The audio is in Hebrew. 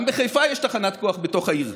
גם בחיפה יש תחנת כוח בתוך העיר.